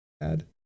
add